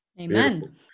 Amen